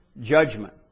judgment